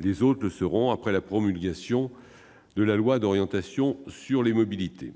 Les autres le seront après la promulgation de la loi d'orientation sur les mobilités.